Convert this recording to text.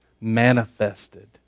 manifested